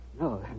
No